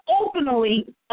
openly